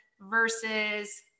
versus